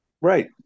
Right